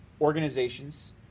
organizations